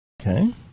Okay